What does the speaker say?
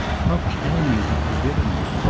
how can you have forgiven me?